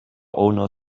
owner